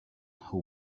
who